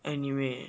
anime